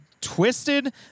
twisted